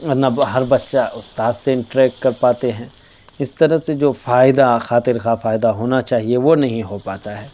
اور نہ ہر بچہ استاذ سے انٹریکٹ کر پاتے ہیں اس طرح سے جو فائدہ خاطر خواہ فائدہ ہونا چاہیے وہ نہیں ہو پاتا ہے